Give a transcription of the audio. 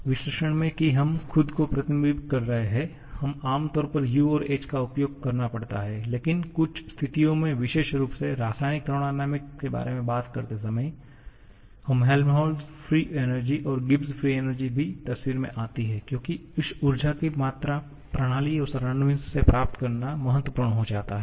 विश्लेषण में कि हम खुद को प्रतिबंधित कर रहे हैं हमें आमतौर पर U और H का उपयोग करना पड़ता है लेकिन कुछ स्थितियों में विशेष रूप से रासायनिक थर्मोडायनामिक्स के बारे में बात करते समय यह हेल्महोल्ट्ज मुक्त ऊर्जा और गिब्स मुक्त ऊर्जा भी तस्वीर में आती है क्योंकि इस ऊर्जा की मात्रा प्रणाली को सराउंडिंग से प्राप्त करना महत्वपूर्ण हो जाता है